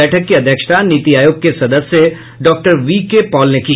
बैठक की अध्यक्षता नीति आयोग के सदस्य डॉक्टर वी के पॉल ने की